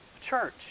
church